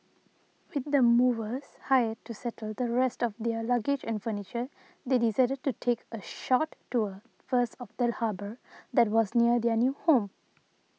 with the movers hired to settle the rest of their luggage and furniture they decided to take a short tour first of the harbour that was near their new home